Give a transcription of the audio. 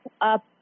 up